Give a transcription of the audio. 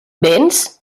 véns